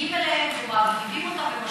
שמגיעים אליהם, אותם ומשפילים אותם.